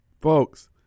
Folks